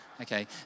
Okay